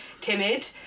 timid